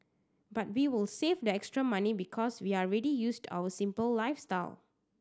but we will save the extra money because we are already used to our simple lifestyle